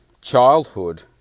childhood